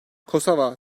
kosova